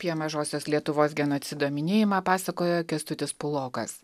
apie mažosios lietuvos genocido minėjimą pasakojo kęstutis pulokas